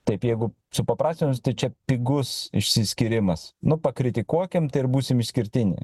taip jeigu supaprastinus tai čia pigus išsiskyrimas nu pakritikuokim tai ir būsim išskirtiniai